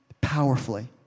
Powerfully